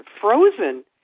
frozen